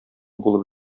булып